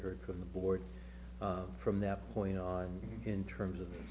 heard from the board of from that point on in terms of